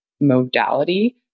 modality